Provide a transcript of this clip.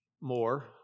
more